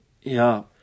Ja